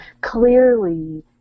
clearly